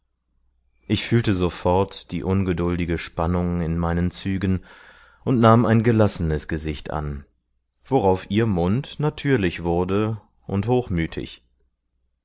ich fühlte sofort die ungeduldige spannung in meinen zügen und nahm ein gelassenes gesicht an worauf ihr mund natürlich wurde und hochmütig